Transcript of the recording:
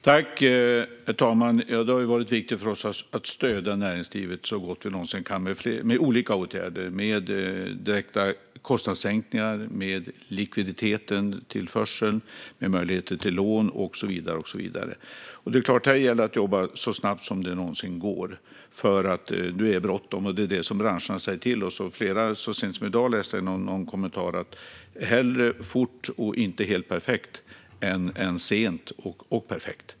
Herr talman! Det har varit viktigt för oss att stödja näringslivet så gott vi någonsin kan med olika åtgärder: direkta kostnadssänkningar, likviditetstillförsel, möjligheter till lån och så vidare. Här gäller det att jobba så snabbt som det någonsin går, för nu är det bråttom. Det är också det som branscherna säger till oss. Så sent som i dag läste jag kommentaren: Hellre fort men inte helt perfekt än sent och perfekt.